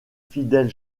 fidèle